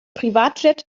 privatjet